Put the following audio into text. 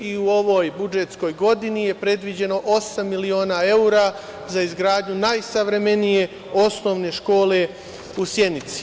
U ovoj budžetskoj godini je predviđeno osam miliona evra za izgradnju najsavremenije osnovne škole u Sjenici.